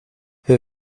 wir